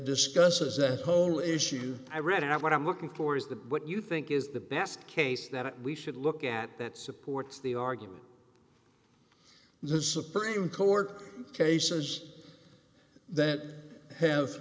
discusses the whole issue i read of what i'm looking for is the what you think is the best case that we should look at that supports the argument the supreme court cases that have